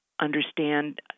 understand